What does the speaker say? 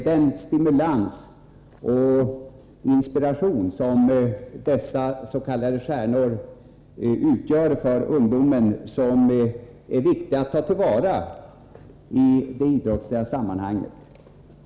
Den stimulans och inspiration som dessa s.k. stjärnor utgör för ungdomen är viktig att ta till vara i det idrottsliga sammanhanget.